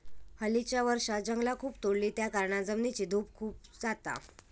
हल्लीच्या वर्षांत जंगला खूप तोडली त्याकारणान जमिनीची धूप खूप जाता